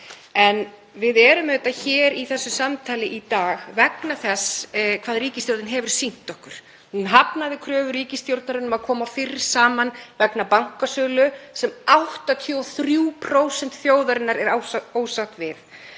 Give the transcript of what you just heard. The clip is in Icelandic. En við erum auðvitað hér í þessu samtali í dag vegna þess sem ríkisstjórnin hefur sýnt okkur. Hún hafnaði kröfu um að þingið kæmi fyrr saman vegna bankasölu sem 83% þjóðarinnar eru ósátt við.